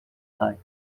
sight